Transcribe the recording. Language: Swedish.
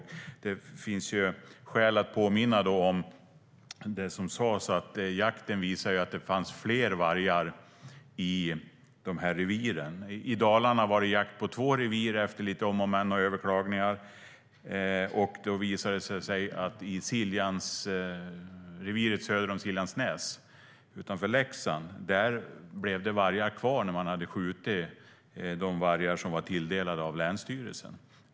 Det finns skäl att påminna om det som har sagts: Jakten visade att det fanns fler vargar i reviren. I Dalarna var det jakt i två revir, efter lite om och men och överklaganden. Det visade sig att det i reviret söder om Siljansnäs utanför Leksand blev kvar vargar, sedan man hade skjutit de vargar som var tilldelade av länsstyrelsen.